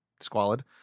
squalid